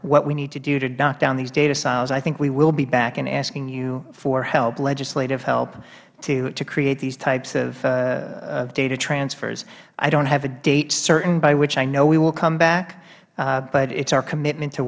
what we need to do to knock down these data silos i think we will be back and asking you for help legislative help to create these types of data transfers i dont have a date certain by which i know we will come back but it is our commitment to